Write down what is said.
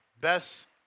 best